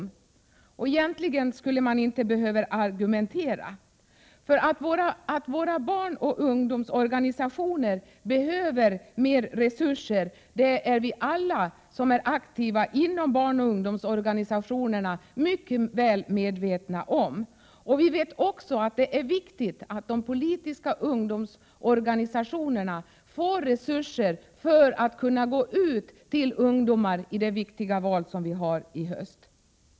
Man borde egentligen inte behöva argumentera om detta, eftersom vi alla som är aktiva inom barnoch ungdomsorganisationerna är mycket medvetna om att dessa organisationer behöver ökade resurser. Vi vet också att det är viktigt att de politiska ungdomsorganisationerna får resurser för att kunna gå ut till ungdomar i det viktiga val som vi har i höst.